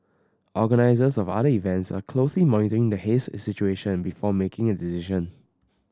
organisers of other events are closely monitoring the haze situation before making a decision